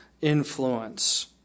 influence